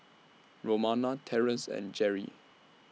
Romona Terence and Jerrie